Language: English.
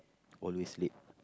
always late